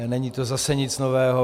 Není to zase nic nového.